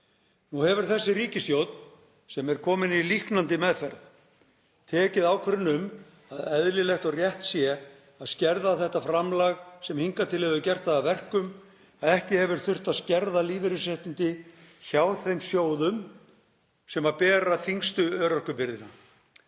Nú hefur þessi ríkisstjórn, sem er komin í líknandi meðferð, tekið ákvörðun um að eðlilegt og rétt sé að skerða þetta framlag sem hingað til hefur gert það að verkum að ekki hefur þurft að skerða lífeyrisréttindi hjá þeim sjóðum sem bera þyngstu örorkubyrðina.